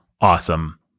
awesome